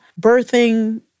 birthing